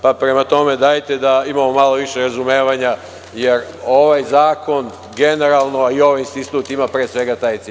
Prema tome, dajte da imamo malo više razumevanja, jer ovaj zakon generalno, a i ovaj institut ima pre svega taj cilj.